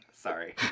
Sorry